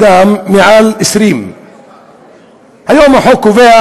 מעל 20. היום החוק קובע,